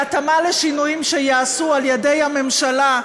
בהתאמה לשינויים שייעשו על-ידי הממשלה,